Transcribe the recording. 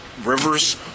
rivers